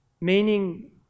meaning